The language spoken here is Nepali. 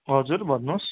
हजुर भन्नुहोस्